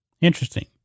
Interesting